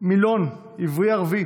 מילון עברי-ערבי